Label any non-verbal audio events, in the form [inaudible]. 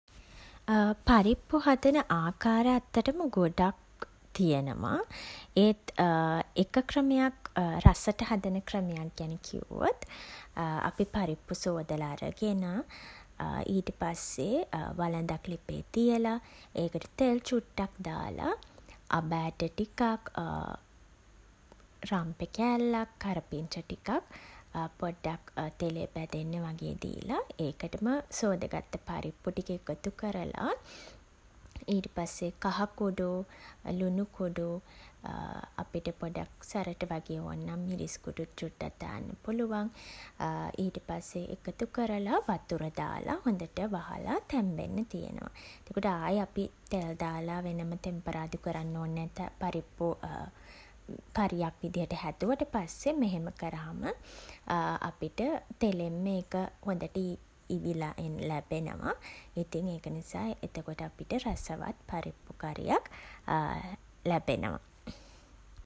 [hesitation] පරිප්පු හදන ආකාර ඇත්තටම ගොඩක් [hesitation] තියෙනවා. ඒත් [hesitation] එක ක්‍රමයක් [hesitation] රසට හදන ක්‍රමයක් ගැන කිව්වොත්. [hesitation] අපි පරිප්පු සෝදලා අරගෙන, [hesitation] ඊට පස්සේ වලදක් ලිපේ තියලා, ඒකට තෙල් චුට්ටක් දාලා, අබ ඇට ටිකක්, [hesitation] රම්පෙ කෑල්ලක්, කරපිංචා ටිකක් [hesitation] පොඩ්ඩක් තෙලේ බැදෙන්න වගේ දීලා, ඒකටම සෝද ගත්ත පරිප්පු ටික එකතු කරලා, ඊට පස්සේ කහ කුඩු, ලුණු කුඩු, [hesitation] අපිට පොඩ්ඩක් සැරට වගේ ඕන් නම් මිරිස් කුඩුත් චුට්ටක් දාන්න පුළුවන්. [hesitation] ඊට පස්සේ එකතු කරලා, වතුර දාලා, හොඳට වහලා තැම්බෙන්න තියනවා. එතකොට ආයේ අපි තෙල් දාලා වෙනම තෙම්පරාදු කරන්න ඕනේ නෑ පරිප්පු [hesitation] කරියක් විදිහට හැදුවට පස්සේ. මෙහෙම කරහම [hesitation] අපිට තෙලෙන්ම ඒක හොඳට [hesitation] ඉවිලා [hesitation] ලැබෙනවා. ඉතින් ඒක නිසා එතකොට අපිට රසවත් පරිප්පු කරියක් [hesitation] ලැබෙනවා.